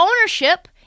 ownership